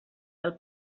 del